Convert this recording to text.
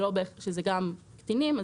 וזה גם קטינים.